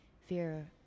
fear